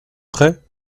prêt